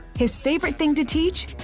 his favorite thing to teach?